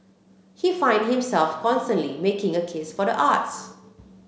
he find himself constantly making a case for the arts